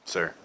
Sir